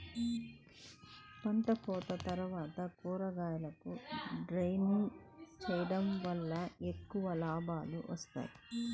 పంటకోత తర్వాత కూరగాయలను గ్రేడింగ్ చేయడం వలన ఎక్కువ లాభాలు వస్తాయి